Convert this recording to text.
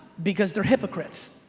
because they're hypocrites.